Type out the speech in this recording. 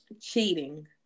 cheating